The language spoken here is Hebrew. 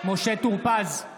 משה טור פז,